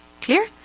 Clear